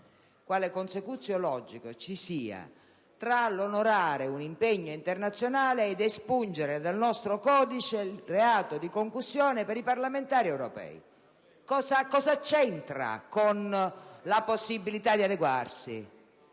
Caliendo da molti anni - tra l'onorare un impegno internazionale ed espungere dal nostro codice il reato di concussione per i parlamentari europei. Cosa c'entra con la possibilità di adeguarsi?